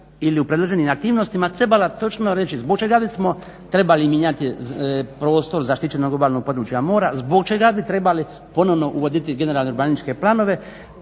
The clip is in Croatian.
ili u predloženim aktivnostima trebala točno reći zbog čega bismo trebali mijenjati prostor zaštićenog obalnog područja mora, zbog čega bi trebali ponovno uvoditi generalne urbaničke planove